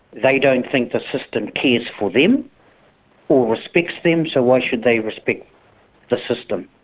they don't think the system cares for them or respect them, so why should they respect the system?